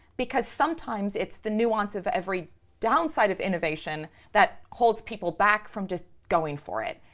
because sometimes it's the nuance of every downside of innovation that holds people back from just going for it.